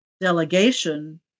delegation